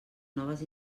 noves